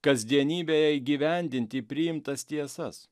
kasdienybėje įgyvendinti priimtas tiesas